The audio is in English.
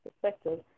perspective